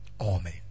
Amen